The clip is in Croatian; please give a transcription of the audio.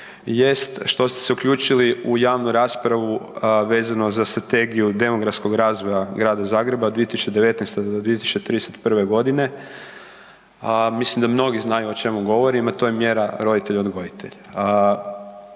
što ste se uključili u javnu raspravu vezano za Strategiju demografskog razvoja Grada Zagreba 2019.-2031. godine, a mislim da mnogi znaju o čemu govorim, a to je mjera roditelj-odgojitelj.